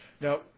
Now